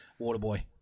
Waterboy